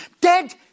dead